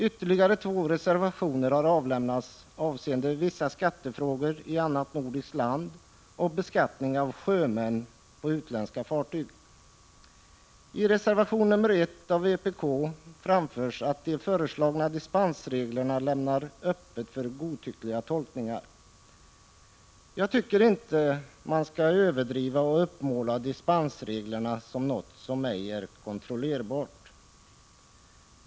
Ytterligare två reservationer har avlämnats avseende ”Vissa skattefrågor i annat nordiskt land” och ”Beskattning av sjömän på utländska fartyg”. I reservation nr 1 av vpk framförs att de föreslagna dispensreglerna lämnar öppet för godtyckliga tolkningar. Jag tycker inte man skall överdriva och uppmåla dispensreglerna som något som ej är kontrollerbart.